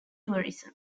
tourism